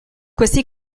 questi